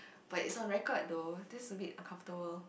but it's on record though this a bit uncomfortable